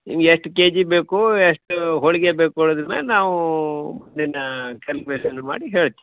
ನಿಮ್ಗೆ ಎಷ್ಟು ಕೆಜಿ ಬೇಕು ಎಷ್ಟು ಹೋಳಿಗೆ ಬೇಕು ಅನ್ನೋದ್ರ ಮೇಲೆ ನಾವು ಇದನ್ನು ಕ್ಯಾಲ್ಕುಲೇಷನ್ ಮಾಡಿ ಹೇಳ್ತೇವೆ